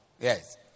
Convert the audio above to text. Yes